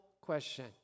question